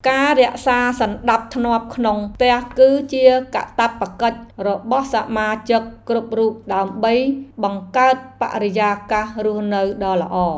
ការរក្សាសណ្តាប់ធ្នាប់ក្នុងផ្ទះគឺជាកាតព្វកិច្ចរបស់សមាជិកគ្រប់រូបដើម្បីបង្កើតបរិយាកាសរស់នៅដ៏ល្អ។